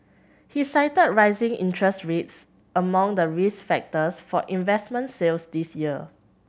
he cited rising interest rates among the risk factors for investment sales this year